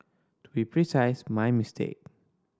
to be precise my mistake